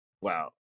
Wow